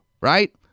right